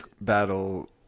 battle